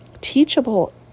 teachable